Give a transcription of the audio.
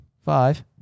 Five